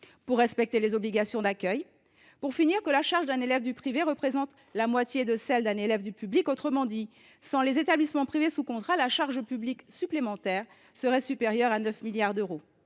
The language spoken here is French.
pour respecter leurs obligations d’accueil. Au total, le coût pour l’État d’un élève du privé représente la moitié de celui d’un élève du public. Autrement dit, sans les établissements privés sous contrat, la charge publique supplémentaire serait supérieure à 9 milliards d’euros.